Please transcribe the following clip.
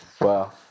Wow